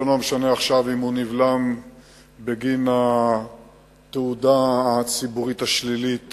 זה לא משנה עכשיו אם הוא נבלם בגין התהודה הציבורית השלילית